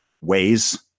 ways